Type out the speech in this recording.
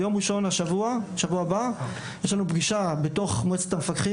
ביום ראשון בשבוע הבא יש לנו פגישה עם מועצת המפקחים